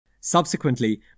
Subsequently